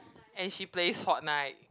and she plays fortnight